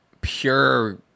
pure